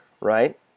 right